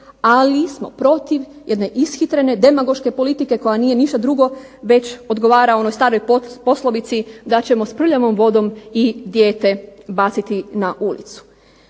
ali smo protiv jedne ishitrene, demagoške politike koja nije ništa drugo već odgovara onoj staroj poslovici da ćemo s prljavom vodom i dijete baciti na ulicu.